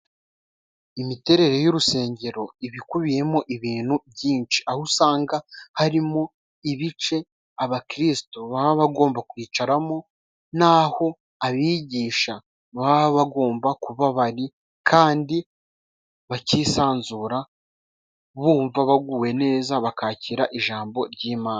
Imiterere y'urusengero iba ikubiyemo ibintu byinshi, aho usanga harimo ibice abakristo baba bagomba kwicaramo, naho abigisha baba bagomba kuba bari, kandi bakisanzura bumva baguwe neza, bakakira ijambo ry'Imana.